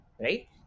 right